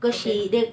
okay